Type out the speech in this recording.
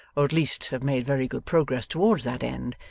or at least have made very good progress towards that end,